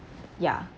ya